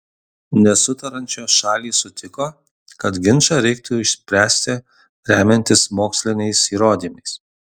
nesutariančios šalys sutiko kad ginčą reiktų išspręsti remiantis moksliniais įrodymais